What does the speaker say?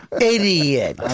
Idiot